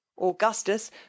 augustus